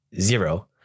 zero